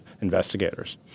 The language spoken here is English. investigators